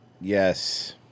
Yes